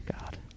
God